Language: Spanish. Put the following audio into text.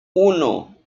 uno